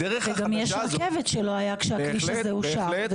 אבל גם יש רכבת שלא הייתה כשהכביש הזה אושר,